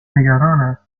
نگران